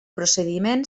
procediment